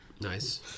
nice